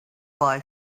boy